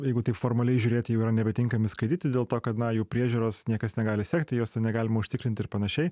jeigu taip formaliai žiūrėt jie jau yra nebetinkami skaityti dėl to kad na jų priežiūros niekas negali sekti jos negalima užtikrinti ir panašiai